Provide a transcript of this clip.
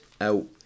out